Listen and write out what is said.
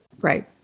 Right